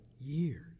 years